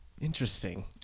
Interesting